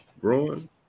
Growing